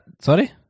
Sorry